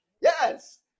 Yes